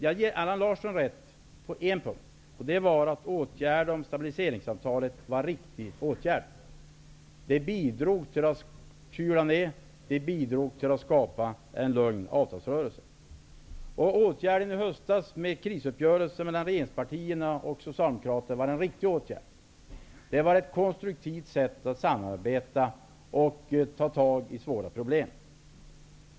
Jag ger Allan Larsson rätt på en punkt: Stabiliseringsavtalet var en riktig åtgärd som bidrog till en nedkylning och till att en lugn avtalsrörelse skapades. Krisuppgörelsen i höstas mellan regeringspartierna och Socialdemokraterna var också en riktig åtgärd. Det var ett konstruktivt sätt att samarbeta och ta itu med svåra problem.